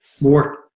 more